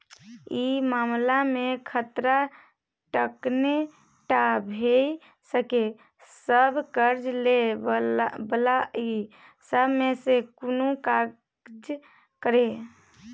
ई मामला में खतरा तखने टा भेय सकेए जब कर्जा लै बला ई सब में से कुनु काज करे